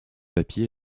papier